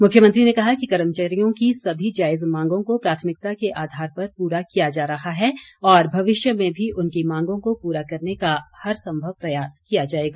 मुख्यमंत्री ने कहा कि कर्मचारियों की सभी जायज मांगों को प्राथमिकता के आधार पर पूरा किया जा रहा है और भविष्य में भी उनकी मांगों को पूरा करने का हर संभव प्रयास किया जाएगा